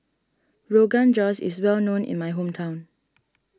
Rogan Josh is well known in my hometown